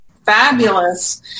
Fabulous